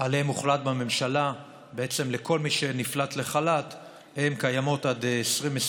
שעליהן הוחלט בממשלה לכל מי שנפלט לחל"ת קיימות עד 2021,